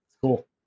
Cool